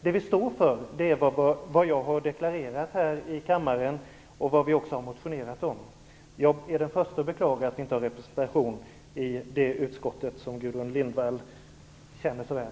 Det vi står för är det jag har deklarerat här i kammaren och vad vi har motionerat om. Jag är den förste att beklaga att vi inte har respresentation i det utskott som Gudrun Lindvall känner så väl.